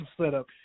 setup